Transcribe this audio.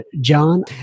John